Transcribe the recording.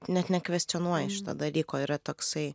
net nekvestionuoji šito dalyko yra toksai